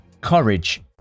courage